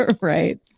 Right